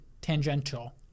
tangential